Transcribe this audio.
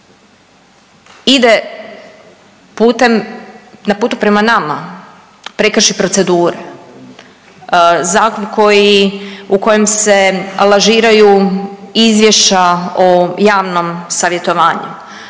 na putu prema nama prekrši procedure, zakon koji, u kojem se lažiraju izvješća o javnom savjetovanju,